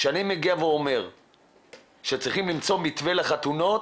כשאני מגיע ואומר שצריכים למצוא מתווה לחתונות,